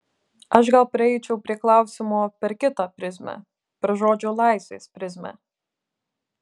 aš gal prieičiau prie klausimo per kitą prizmę per žodžio laisvės prizmę